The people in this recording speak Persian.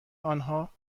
آنها